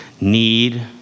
need